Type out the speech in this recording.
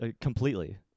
Completely